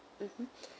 mmhmm